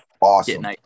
awesome